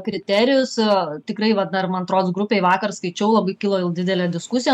kriterijus tikrai va dar man atrodos grupėj vakar skaičiau labai kilo jau didelė diskusija